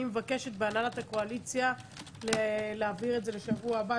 אני מבקשת בהנהלת הקואליציה להעביר את זה לשבוע הבא.